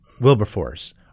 Wilberforce